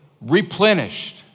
replenished